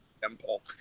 temple